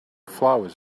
flowers